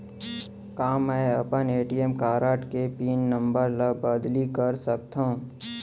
का मैं अपन ए.टी.एम कारड के पिन नम्बर ल बदली कर सकथव?